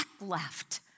left